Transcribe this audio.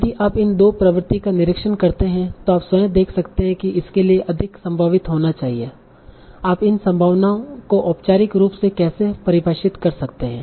यदि आप इन 2 प्रवृत्ति का निरीक्षण करते हैं तो आप स्वयं देख सकते हैं कि इसके लिए अधिक संभावित होना चाहिए आप इन संभावनाओं को औपचारिक रूप से कैसे परिभाषित कर सकते है